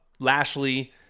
Lashley